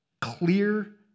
clear